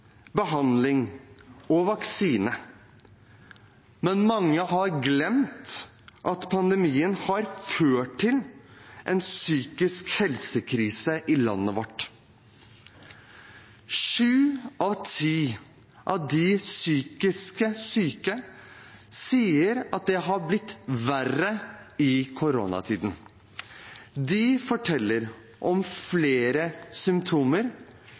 behandling og vaksine, men mange har glemt at pandemien har ført til en psykisk helsekrise i landet vårt. Sju av ti av de psykisk syke sier at det har blitt verre i koronatiden. De forteller om flere symptomer,